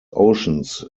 oceans